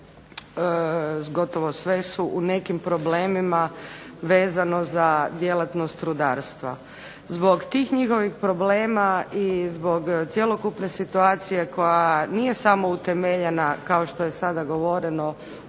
Zbog tih njihovih problema i zbog cjelokupne situacije koja nije samo utemeljena kao što je sada govoreno